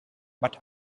but